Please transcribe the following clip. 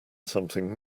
something